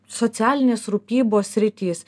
socialinės rūpybos sritys